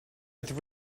with